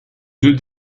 deux